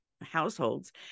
households